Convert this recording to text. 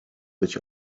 być